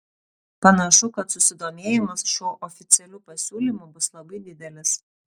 panašu kad susidomėjimas šiuo oficialiu pasiūlymu bus labai didelis